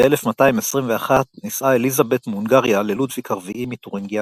ב-1221 נישאה אליזבת מהונגריה ללודביג הרביעי מתורינגיה